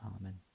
Amen